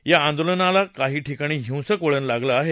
या आंदोलनाला काही ठिकाणी हिंसक वळण लागलं आहे